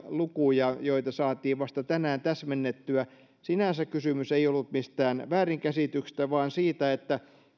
lukuja joita saatiin vasta tänään täsmennettyä sinänsä kysymys ei ollut mistään väärinkäsityksestä vaan siitä että